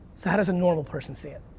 so, how does a normal person see it?